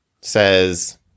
says